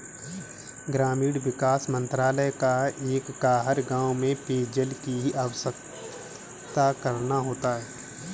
ग्रामीण विकास मंत्रालय का एक कार्य गांव में पेयजल की व्यवस्था करना होता है